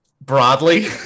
broadly